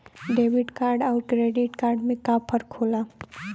Debit card अउर credit card में का फर्क होला?